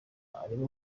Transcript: arimo